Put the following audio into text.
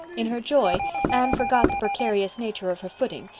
in her joy anne forgot the precarious nature of her footing,